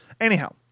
Anyhow